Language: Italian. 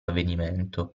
avvenimento